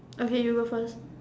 okay you go first